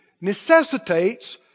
necessitates